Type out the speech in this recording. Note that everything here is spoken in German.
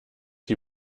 die